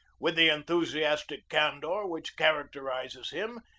with the enthusiastic candor which characterizes him,